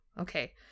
okay